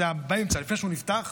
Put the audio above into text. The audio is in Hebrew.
באמצע לפני שהוא נפתח,